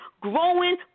growing